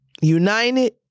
United